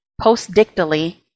post-dictally